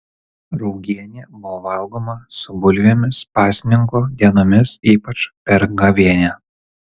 raugienė buvo valgoma su bulvėmis pasninko dienomis ypač per gavėnią